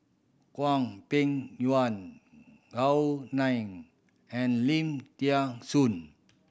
Hwang Peng Yuan Gao Ning and Lim Thean Soon